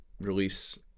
release